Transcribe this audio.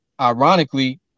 ironically